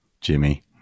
Jimmy